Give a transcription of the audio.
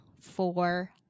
four